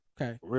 Okay